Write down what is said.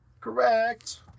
Correct